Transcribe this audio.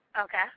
Okay